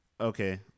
Okay